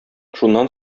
шуннан